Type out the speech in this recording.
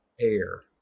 air